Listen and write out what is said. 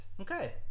Okay